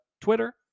twitter